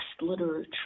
literature